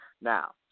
Now